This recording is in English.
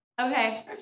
Okay